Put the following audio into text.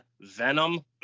venom